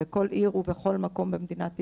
בכל עיר ובכל מקום במדינת ישראל,